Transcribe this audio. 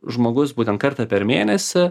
žmogus būtent kartą per mėnesį